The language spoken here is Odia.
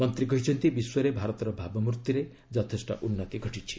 ମନ୍ତ୍ରୀ କହିଛନ୍ତି ବିଶ୍ୱରେ ଭାରତର ଭାବମୂର୍ତ୍ତିରେ ଯଥେଷ୍ଟ ଉନ୍ନତି ଘଟିଛି